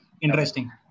interesting